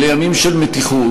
אלה ימים של מתיחות,